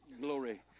Glory